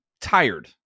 tired